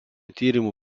tyrimų